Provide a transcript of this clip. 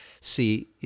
see